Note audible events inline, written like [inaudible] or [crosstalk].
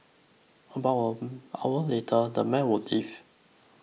about [unintelligible] an hour later the men would leave